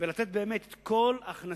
רוורס, לתת את כל ההכנסות